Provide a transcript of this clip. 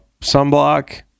Sunblock